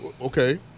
Okay